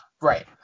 Right